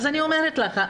אז אני אומרת לך,